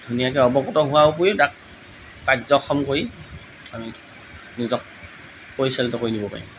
ধুনীয়াকৈ অৱগত হোৱাৰ উপৰিও তাক কাৰ্যক্ষম কৰি আমি নিজক পৰিচালিত কৰি নিব পাৰিম